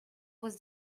was